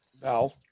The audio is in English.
Val